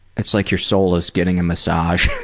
it's like your soul is getting a massage.